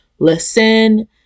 Listen